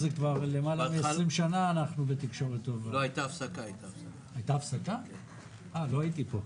יש אנשים שרוצים לגשת למבחנים, א', לא תמיד הם